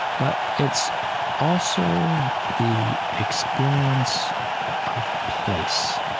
but it's also the experience of place,